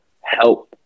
help